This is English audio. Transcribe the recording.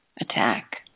attack